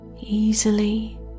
easily